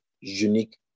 unique